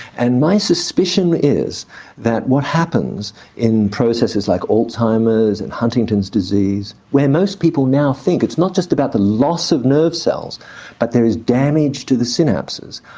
and my suspicion is that what happens in processes like alzheimer's and huntington's disease, where most people now think it's not just about the loss of nerve cells but there is damage to the synapses.